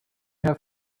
have